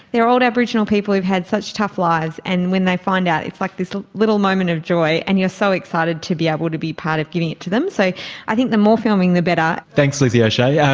they are old aboriginal people who have had such tough lives, and when they find out it's like this little moment of joy and you are so excited to be able to be part of giving it to them. so i think the more filming the better. thanks lizzie o'shea. yeah